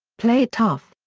play it tough.